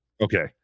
Okay